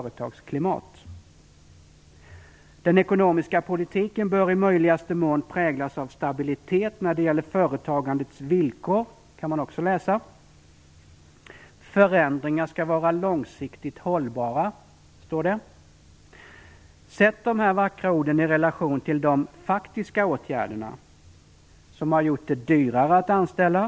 "Den ekonomiska politiken bör i möjligaste mån präglas av stabilitet när det gäller företagandets villkor", kan också läsas i propositionen. "Förändringar skall vara långsiktigt hållbara", står det vidare. Sätt dessa vackra ord i relation till de faktiska åtgärderna som har gjort det dyrare att anställa.